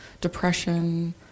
depression